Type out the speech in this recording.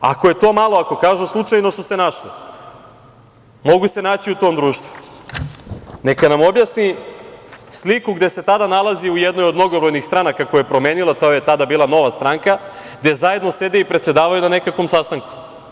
Ako je to malo, ako kažu slučajno su se našli, mogu se naći u tom društvu, neka nam objasni sliku gde se tada nalazi u jednoj od mnogobrojnih stranaka koje je promenila, to je tada bila Nova stranka, gde zajedno sede i predsedavaju na nekakvom sastanku.